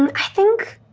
and i think.